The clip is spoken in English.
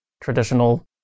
traditional